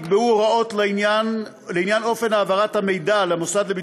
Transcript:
נקבעו הוראות לעניין אופן העברת המידע למוסד